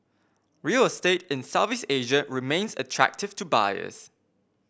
real estate in Southeast Asia remains attractive to buyers